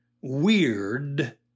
weird